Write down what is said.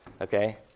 Okay